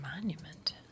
Monument